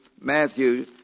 Matthew